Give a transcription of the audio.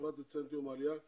הוחלט לציין את יום העלייה ב-ז'